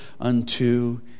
unto